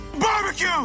Barbecue